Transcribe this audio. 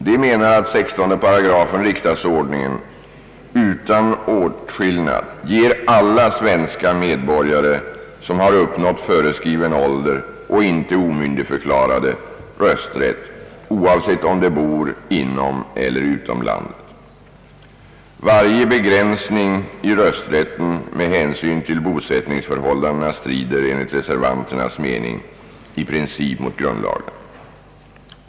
De menar att 16 § riksdagsordningen utan åtskillnad ger alla svenska medborgare som har uppnått föreskriven ålder och inte är omyndigförklarade rösträtt, oavsett om de bor inom eller utom landet. Varje be gränsning i rösträtten med hänsyn till bosättningsförhållandena strider, enligt reservanternas mening, i princip mot grundlagen.